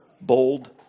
bold